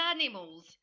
animals